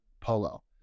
polo